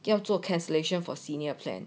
要做 cancellation for senior plan